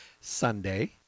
Sunday